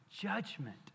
judgment